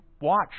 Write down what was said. watch